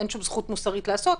מוסרית לעשות.